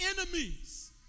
enemies